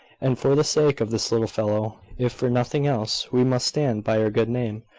and for the sake of this little fellow, if for nothing else, we must stand by our good name.